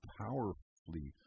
powerfully